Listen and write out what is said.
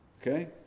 okay